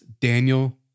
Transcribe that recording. Daniel